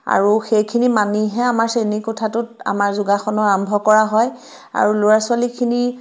আৰু সেইখিনি মানিহে আমাৰ শ্ৰেণীকোঠাটোত আমাৰ যোগাসনৰ আৰম্ভ কৰা হয় আৰু ল'ৰা ছোৱালীখিনি